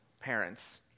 parents